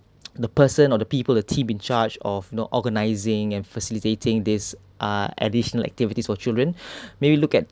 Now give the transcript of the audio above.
the person or the people the team in charge of you know organising and facilitating these ah additional activities for children maybe look at